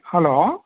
hello